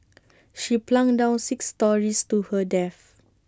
she plunged down six storeys to her death